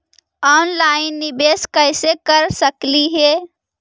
Online निबेस कैसे कर सकली हे?